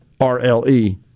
RLE